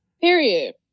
Period